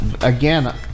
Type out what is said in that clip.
again